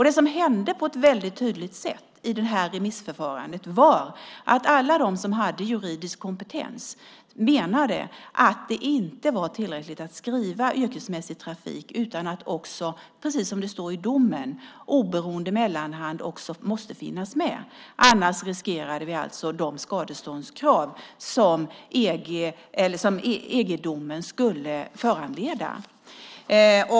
Det som var väldigt tydligt i remissförfarandet var att alla de som hade juridisk kompetens menade att det inte var tillräckligt att skriva "yrkesmässig trafik" utan att också, precis som det står i domen, "oberoende mellanhand" måste finnas med. Annars riskerade vi de skadeståndskrav som EG-domen skulle föranleda.